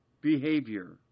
behavior